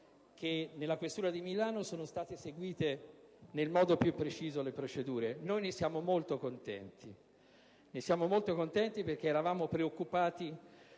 che nella questura di Milano sono state seguite nel modo più preciso le procedure. Noi siamo molto contenti di ciò, perché eravamo preoccupati